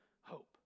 hope